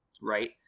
right